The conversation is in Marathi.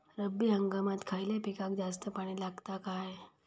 रब्बी हंगामात खयल्या पिकाक जास्त पाणी लागता काय?